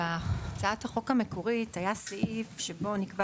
בהצעת החוק המקורית היה סעיף שבו נקבע